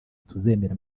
tuzemera